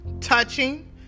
touching